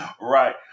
Right